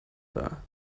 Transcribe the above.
war